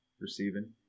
receiving